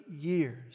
years